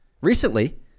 Recently